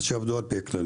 אז שיעבדו על פי הכללים.